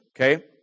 okay